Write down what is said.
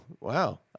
wow